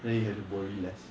then you have to worry less